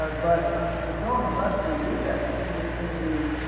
ah but um until and unless we do that, i think it's gonna be